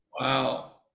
Wow